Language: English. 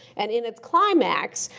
and in its climax,